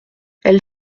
elle